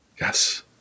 Yes